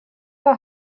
bei